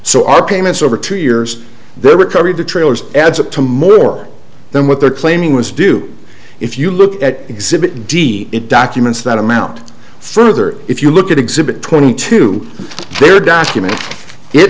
so our payments over two years they recovered the trailers adds up to more than what they're claiming was due if you look at exhibit d it documents that amount further if you look at exhibit twenty two there document it